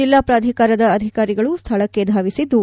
ಜಿಲ್ಲಾ ಪ್ರಾಧಿಕಾರದ ಅಧಿಕಾರಿಗಳು ಸ್ಥಳಕ್ಕೆ ಧಾವಿಸಿದ್ದು